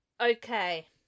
Okay